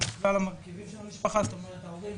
לכלל המרכיבים של המשפחה: ההורים,